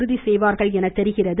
இறுதி செய்வார்கள் என தெரிகிறது